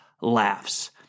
laughs